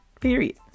Period